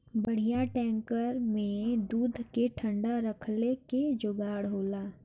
बड़ियार टैंकर में दूध के ठंडा रखले क जोगाड़ होला